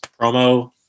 Promo